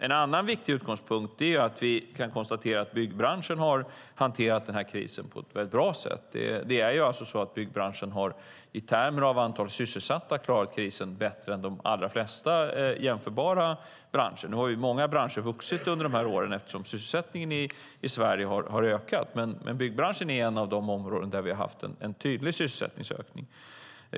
En annan viktig utgångspunkt är att vi kan konstatera att byggbranschen har hanterat krisen på ett bra sätt. Byggbranschen har i termer av antalet sysselsatta klarat krisen bättre än de allra flesta jämförbara branscher. Nu har många branscher vuxit under åren eftersom sysselsättningen i Sverige har ökat. Men byggbranschen är ett av de områden där vi har haft en tydlig sysselsättningsökning.